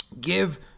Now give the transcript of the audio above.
give